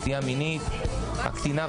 למיטב ידיעתי, זה עדיין לא אושר.